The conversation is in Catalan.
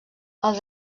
els